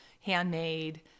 handmade